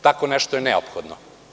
Tako nešto je neophodno.